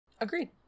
Agreed